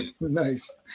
Nice